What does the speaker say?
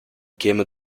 käme